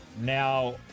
Now